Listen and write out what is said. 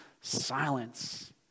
silence